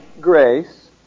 grace